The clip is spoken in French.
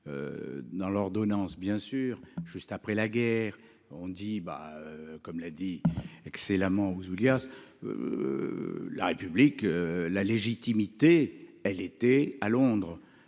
Dans l'ordonnance bien sûr juste après la guerre on dit bah comme l'a dit excellemment Ouzoulias. La République la légitimité elle était à Londres